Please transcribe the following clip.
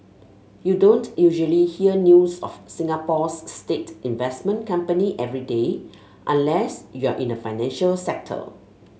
you don't usually hear news of Singapore's state investment company every day unless you're in the financial sector